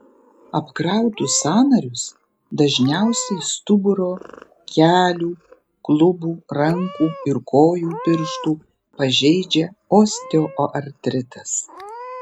apkrautus sąnarius dažniausiai stuburo kelių klubų rankų ir kojų pirštų pažeidžia osteoartritas